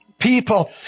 People